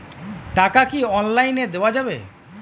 টাকা কি অনলাইনে দেওয়া যাবে?